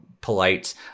polite